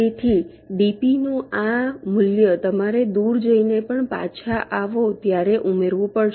તેથી d નું આ મૂલ્ય તમારે દૂર જઈ ને પણ પાછા આવો ત્યારે ઉમેરવું પડશે